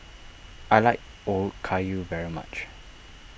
I like Okayu very much